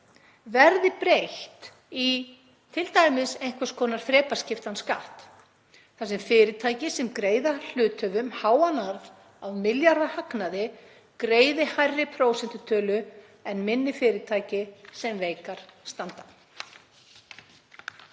verði breytt í t.d. einhvers konar þrepaskiptan skatt þar sem fyrirtæki sem greiða hluthöfum háan arð af milljarðahagnaði greiði hærri prósentutölu en minni fyrirtæki sem veikar standa.